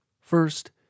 First